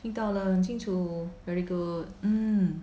听到了很清楚 very good mm